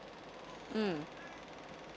mm